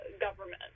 government